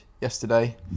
yesterday